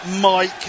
Mike